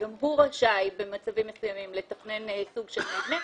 שגם הוא רשאי במצבים מסוימים לתכנן סוג של מבנה,